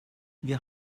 wir